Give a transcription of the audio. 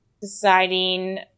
deciding